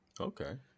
Okay